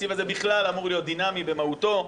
התקציב הזה בכלל אמור להיות דינמי במהותו.